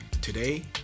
Today